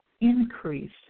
increase